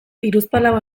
hiruzpalau